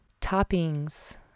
toppings